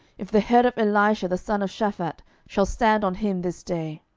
if the head of elisha the son of shaphat shall stand on him this day.